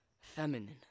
Feminine